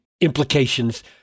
implications